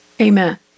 Amen